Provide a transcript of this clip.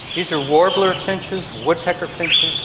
these are warbler finches, woodpecker finches,